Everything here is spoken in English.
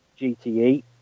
GTE